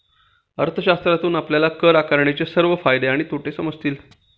अर्थशास्त्रातून आपल्याला कर आकारणीचे सर्व फायदे आणि तोटे समजतील